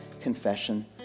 confession